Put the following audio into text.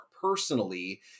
personally